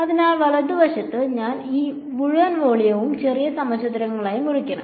അതിനാൽ വലതുവശത്ത് ഞാൻ ഈ മുഴുവൻ വോളിയവും ചെറിയ സമചതുരകളായി മുറിക്കണം